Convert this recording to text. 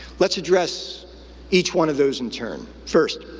let's address each one of those in turn. first,